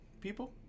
people